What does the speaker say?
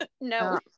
No